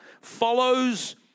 follows